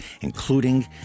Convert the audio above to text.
including